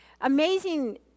amazing